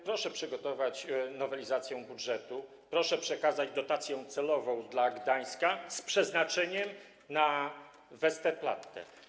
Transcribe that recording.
Proszę przygotować nowelizację budżetu, proszę przekazać dotację celową dla Gdańska z przeznaczeniem na Westerplatte.